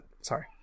Sorry